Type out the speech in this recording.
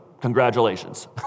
Congratulations